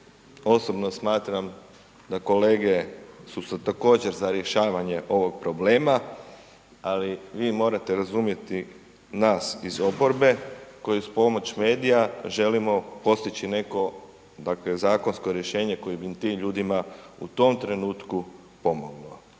osobno smatram da kolege su također za rješavanje ovog problema, ali vi morate razumjeti nas iz oporbe koji uz pomoć medija želimo postići neko dakle zakonsko rješenje koje bi tim ljudima u tom trenutku pomoglo.